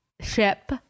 ship